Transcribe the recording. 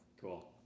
Cool